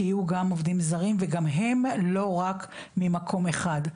שיהיו גם עובדים זרים וגם הם לא רק ממקום אחד,